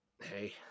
Hey